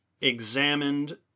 examined